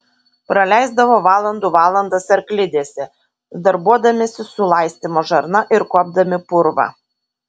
praleisdavo valandų valandas arklidėse darbuodamiesi su laistymo žarna ir kuopdami purvą